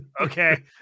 Okay